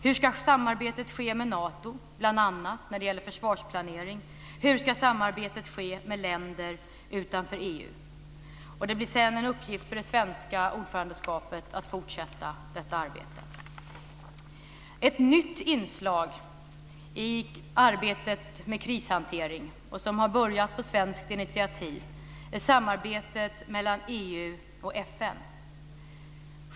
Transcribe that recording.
Hur ska samarbetet ske med Nato, bl.a. när det gäller försvarsplanering? Hur ska samarbetet ske med länder utanför EU? Det blir sedan en uppgift för det svenska ordförandeskapet att fortsätta detta arbete. Ett nytt inslag i arbetet med krishantering, som har börjat på svenskt initiativ, är samarbetet mellan EU och FN.